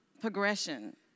progression